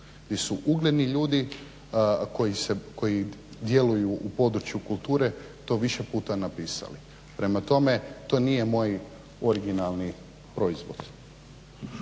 su ugledni ljudi koji djeluju u području kulture to više puta napisali. Prema tome, to nije moj originalni proizvod.